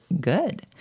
Good